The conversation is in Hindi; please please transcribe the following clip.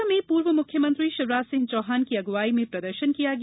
विदिशा में पूर्व मुख्यमंत्री शिवराज सिंह चौहान की अगवाई में प्रदर्शन किया गया